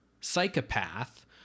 psychopath